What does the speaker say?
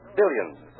billions